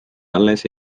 alles